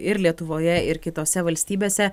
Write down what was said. ir lietuvoje ir kitose valstybėse